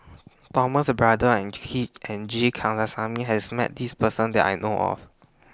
Thomas Braddell and Key and G Kandasamy has Met This Person that I know of